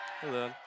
Hello